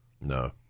No